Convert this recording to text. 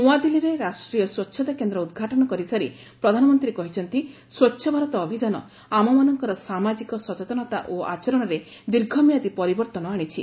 ନ୍ତ୍ରଆଦିଲ୍ଲୀରେ ରାଷ୍ଟ୍ରୀୟ ସ୍ପଚ୍ଛତା କେନ୍ଦ୍ର ଉଦ୍ଘାଟନ କରିସାରି ପ୍ରଧାନମନ୍ତ୍ରୀ କହିଛନ୍ତି ସ୍ୱଚ୍ଛ ଭାରତ ଅଭିଯାନ ଆମମାନଙ୍କର ସାମାଜିକ ସଚେତନତା ଓ ଆଚରଣରେ ଦୀର୍ଘ ମିଆଦି ପରିବର୍ତ୍ତନ ଆଶିଛି